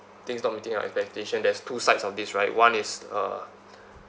things not meeting our expectation there's two sides of this right one is uh